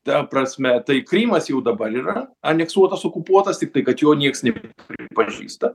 ta prasme tai krymas jau dabar yra aneksuotas okupuotas tiktai kad jo nieks nepripažįsta